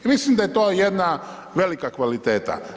I mislim da je to jedna velika kvaliteta.